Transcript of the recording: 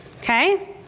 Okay